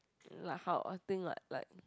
like how I think like like